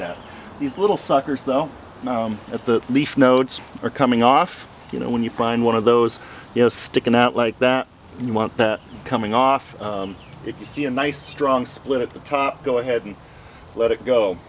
that these little suckers though at the leaf nodes are coming off you know when you find one of those you know sticking out like that you want that coming off if you see a nice strong split at the top go ahead and let it go